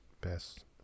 best